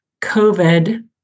COVID